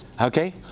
okay